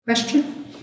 Question